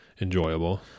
enjoyable